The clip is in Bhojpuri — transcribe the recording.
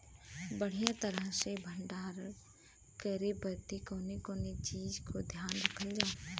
बढ़ियां तरह से भण्डारण करे बदे कवने कवने चीज़ को ध्यान रखल जा?